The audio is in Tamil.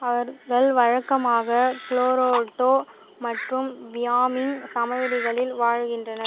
அவர்கள் வழக்கமாக கொலோரடோ மற்றும் வியாமிங் சமவெளிகளில் வாழ்கின்றனர்